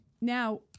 Now